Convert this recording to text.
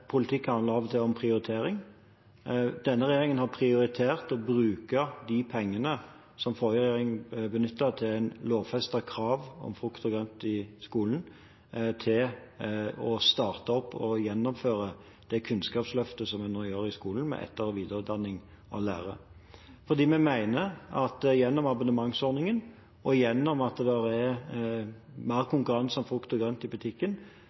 til handler om prioritering. Denne regjeringen har prioritert å bruke de pengene som forrige regjering benyttet til lovfestet krav om frukt og grønt i skolen, til å starte opp og gjennomføre det kunnskapsløftet som vi nå får med etter- og videreutdanning av lærere, fordi vi mener at gjennom abonnementsordningen og gjennom at det er mer konkurranse om frukt og grønt i butikken,